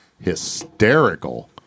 hysterical